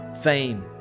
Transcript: fame